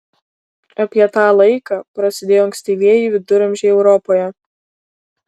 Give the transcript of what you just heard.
apie tą laiką prasidėjo ankstyvieji viduramžiai europoje